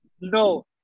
no